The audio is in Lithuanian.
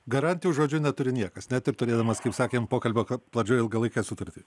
garantijų žodžiu neturi niekas net ir turėjimas kaip sakėm pokalbio pradžioje ilgalaikę sutartį